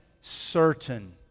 certain